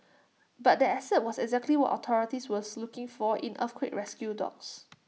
but that asset was exactly what authorities was looking for in earthquake rescue dogs